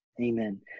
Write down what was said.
Amen